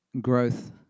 growth